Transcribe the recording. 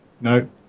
No